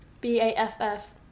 B-A-F-F